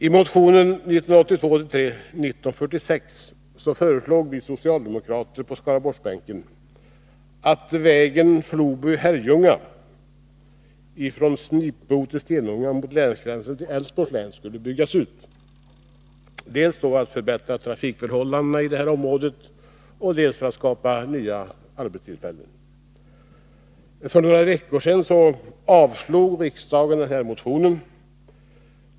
I motion 1982/83:1946 föreslog vi socialdemokrater på Skaraborgsbänken att vägen Floby-Herrljunga från Snipebo till Stenunga mot länsgränsen till Älvsborgs län skulle byggas ut dels för att förbättra trafikförhållandena i dessa områden, dels för att skapa nya arbetstillfällen. För några veckor sedan avslog riksdagen den motionen.